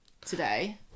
today